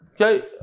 Okay